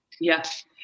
Yes